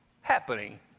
happening